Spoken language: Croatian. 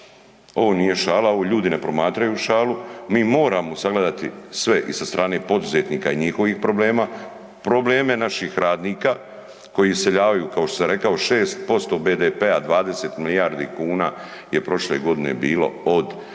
ovo nije šala, ovo ljudi ne promatraju šalu, mi moramo sagledati sve i sa strane poduzetnika i njihovih problema, probleme naših radnika koji iseljavaju kao što sam rekao 6% BDP-a 20 milijardi kuna je prošle godine bilo od